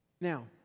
Now